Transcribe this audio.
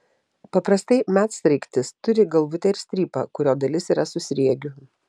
paprastai medsraigtis turi galvutę ir strypą kurio dalis yra su sriegiu